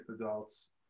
adults